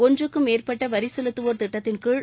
ஒன்றுக்கும் மேற்பட்ட வரி செலுத்துவோர் திட்டத்தின் கீழ்